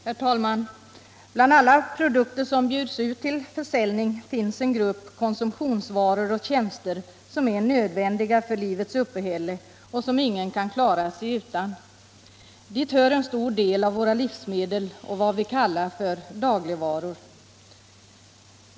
Herr talman! Bland alla produkter som bjuds ut till försäljning finns en grupp konsumtionsvaror och tjänster som är nödvändiga för livets uppehälle och som ingen kan klara sig utan. Dit hör en stor del av våra livsmedel och vad vi kallar för dagligvaror.